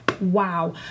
Wow